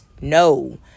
No